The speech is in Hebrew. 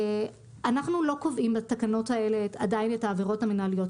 אנחנו לא קובעים בתקנות האלה עדיין את העבירות המנהליות.